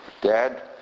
Dad